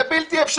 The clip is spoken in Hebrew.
זה בלתי אפשרי.